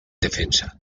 defensa